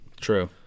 True